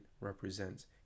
represents